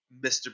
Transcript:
mr